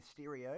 Mysterio